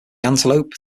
antelope